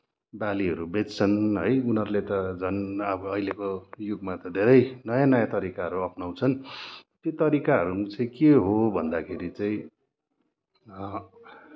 बालीहरू बेच्छन् है उनीहरूले त झन् अब अहिलेको युगमा त धेरै नयाँ नयाँ तरिकाहरू अप्नाउँछन् त्यो तरिकाहरूमा चाहिँ के हो भन्दाखेरि चाहिँ